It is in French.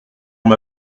m’a